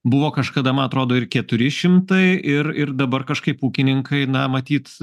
buvo kažkada man atrodo ir keturi šimtai ir ir dabar kažkaip ūkininkai na matyt